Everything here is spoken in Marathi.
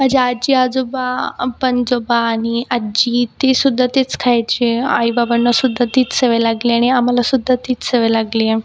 माझे आजी आजोबा पणजोबा आणि आज्जी ती सुद्धा तेच खायचे आई बाबांना सुद्धा तीच सवय लागली आणि आम्हाला सुद्धा तीच सवय लागली आहे